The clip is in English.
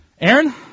Aaron